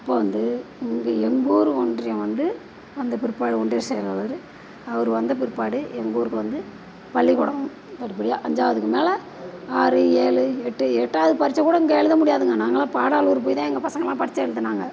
இப்போ வந்து இங்கே எங்கள் ஊர் ஒன்றியம் வந்து வந்த பிற்பாடு ஒன்றியை செயலாளர் அவர் வந்த பிற்பாடு எங்கள் ஊருக்கு வந்து பள்ளிக்கூடம் படிப்படியாக அஞ்சாவதுக்கு மேலே ஆறு ஏழு எட்டு எட்டாவது பரிட்சை கூட இங்கே எழுத முடியாதுங்க நாங்கள்லாம் பாடாலூர் போய்தான் எங்கள் பசங்கள்லாம் பரிட்சை எழுதுனாங்க